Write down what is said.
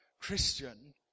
Christian